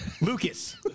Lucas